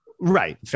right